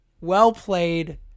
well-played